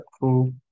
cool